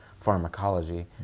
pharmacology